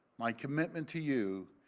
my commitment to you